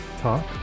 Talk